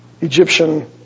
Egyptian